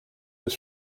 was